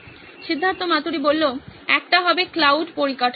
সিদ্ধার্থ মাতুরি একটা হবে মূলত ক্লাউড পরিকাঠামো